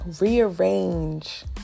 rearrange